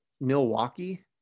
Milwaukee